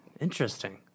Interesting